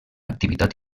activitat